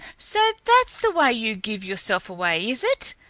so that's the way you give yourself away, is it?